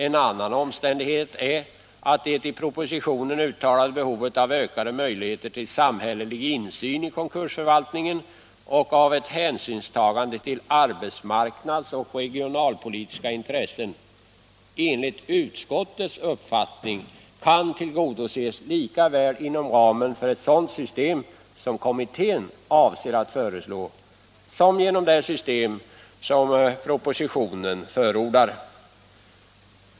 En annan omständighet är att det i propositionen uttalade behovet av ökade möjligheter till samhällelig insyn i konkursförvaltningen och av ett hänsynstagande till arbets och regionalpolitiska intressen enligt utskottets uppfattning kan tillgodoses lika väl inom ramen för ett sådant system som kommittén avser att föreslå som genom det system som propositionen förordar.